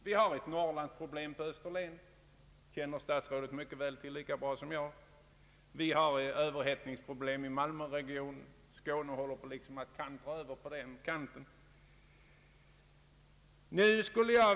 Vi har ett Norrlandsproblem på Österlen, det känner statsrådet till lika bra som jag. Vi har överhettningsproblem i Malmöregionen; Skåne håller på att kantra över åt det hållet.